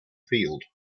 field